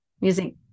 music